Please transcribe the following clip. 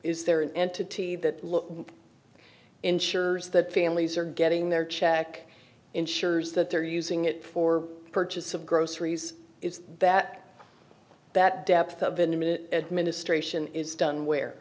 is there an entity that look ensures that families are getting their check ensures that they're using it for purchase of groceries it's that that depth of intimate at ministration is done where